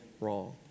wrong